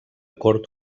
cort